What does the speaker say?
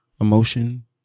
emotion